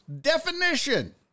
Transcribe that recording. Definition